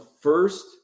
first